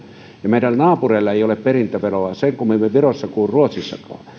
ja meidän naapureillamme ei ole perintöveroa ei sen kummemmin virossa kuin ruotsissakaan niin